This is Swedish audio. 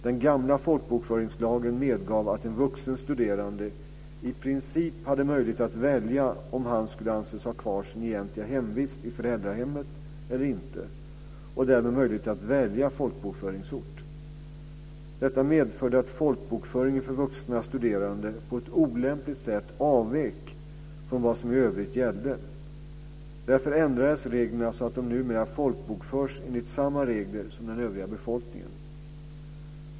Den gamla folkbokföringslagen medgav att en vuxen studerande i princip hade möjlighet att välja om han skulle anses ha kvar sitt egentliga hemvist i föräldrahemmet eller inte och därmed möjlighet att välja folkbokföringsort. Detta medförde att folkbokföringen för vuxna studerande på ett olämpligt sätt avvek från vad som i övrigt gällde. Därför ändrades reglerna så att de numera folkbokförs enligt samma regler som den övriga befolkningen.